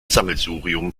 sammelsurium